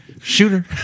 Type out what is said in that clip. Shooter